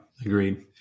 Agreed